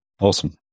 Awesome